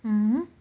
mmhmm